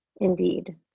Indeed